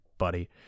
buddy